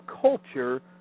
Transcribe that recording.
culture